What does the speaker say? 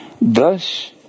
Thus